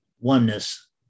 oneness